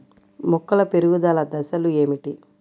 మొక్కల పెరుగుదల దశలు ఏమిటి?